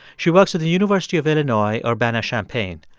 she works at the university of illinois urbana-champaign.